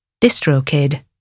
DistroKid